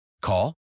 Call